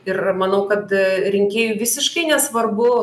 ir manau kad rinkėjui visiškai nesvarbu